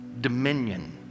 dominion